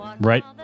Right